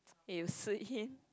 it will suit him